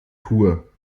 tour